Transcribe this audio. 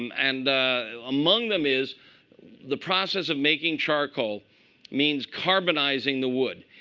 and among them is the process of making charcoal means carbonizing the wood.